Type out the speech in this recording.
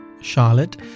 Charlotte